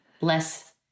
less